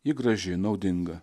ji graži naudinga